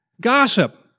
Gossip